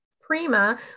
Prima